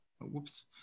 Whoops